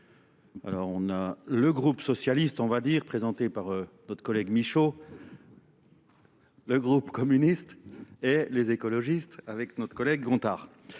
on a le groupe socialiste on va dire, présenté par notre collègue Michaud. le groupe communiste et les écologistes avec notre collègue Gontard.